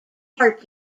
heart